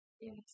Yes